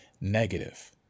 negative